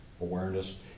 Awareness